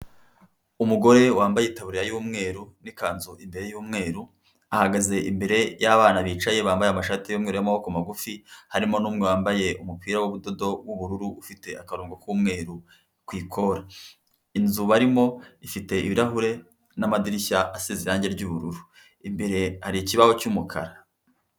Umugore wambaye itaburiya y'umweru, n'ikanzu imbere y'umweru, ahagaze imbere y'abana bicaye bambaye amashati y'umweru n'amaboko magufi, harimo n'umwe wambaye umupira w'ubudodo w'ubururu ufite akarongo k'umweru ku ikora. Inzu barimo ifite ibirahure n'amadirishya asize irangi ry'ubururu. Imbere hari ikibaho cy'umukara.